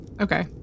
Okay